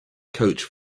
coach